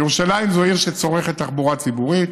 ירושלים זו עיר שצורכת תחבורה ציבורית.